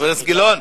חבר הכנסת גילאון,